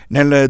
Nel